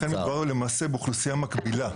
לכן מדובר למעשה באוכלוסייה מקבילה.